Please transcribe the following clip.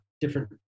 different